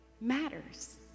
matters